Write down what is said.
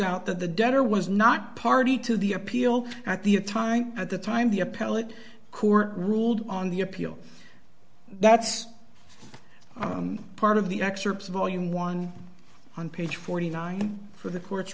out that the debtor was not party to the appeal at the time at the time the appellate court ruled on the appeal that's part of the excerpts volume one on page forty nine for the court